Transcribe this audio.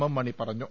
M Mani പറഞ്ഞു